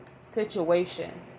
situation